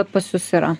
pas jus yra